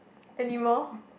any more